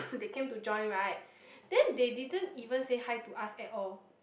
came to join right then they didn't even say hi to us at all